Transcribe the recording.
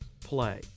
play